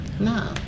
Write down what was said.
No